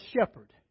shepherd